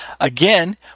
Again